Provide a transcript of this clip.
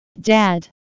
Dad